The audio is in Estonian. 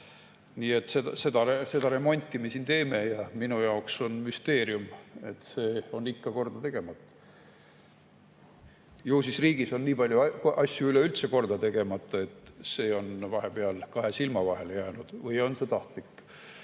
Nii et seda remonti me siin teeme, ja minu jaoks on see müsteerium, et see on ikka korda tegemata. Ju siis riigis on nii palju asju üleüldse korda tegemata, et see on vahepeal kahe silma vahele jäänud, või siis on see tahtlik.